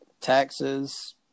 Taxes